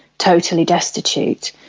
totally destitute.